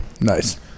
nice